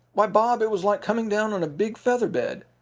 why, bob, it was like coming down on a big feather bed.